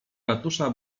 ratusza